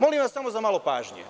Molim vas samo za malo pažnje.